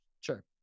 Sure